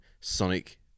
Sonic